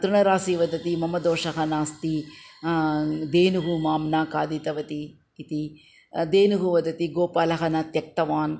तृणराशिः वदति मम दोषः नास्ति धेनुः मां न खादितवती इति धेनुः वदति गोपालः न त्यक्तवान्